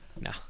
no